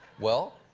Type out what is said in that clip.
well,